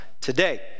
today